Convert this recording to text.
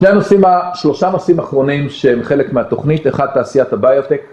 זה הנושאים, שלושה נושאים אחרונים שהם חלק מהתוכנית, אחד תעשיית הביו-טק